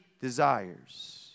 desires